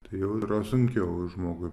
tai jau yra sunkiau žmogui